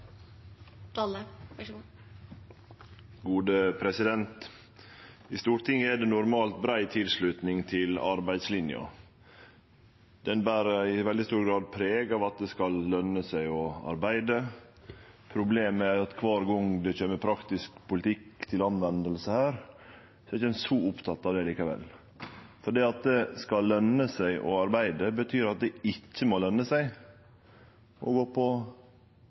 I Stortinget er det normalt brei tilslutnad til arbeidslinja. Arbeidslinja ber i veldig stor grad preg av at det skal løne seg å arbeide. Problemet er at kvar gong det kjem praktisk politikk til bruk her, er ein ikkje så oppteken av det likevel. At det skal løne seg å arbeide, betyr at det ikkje må løne seg å gå på